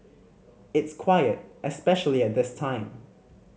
it's quiet especially at this time